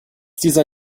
dieser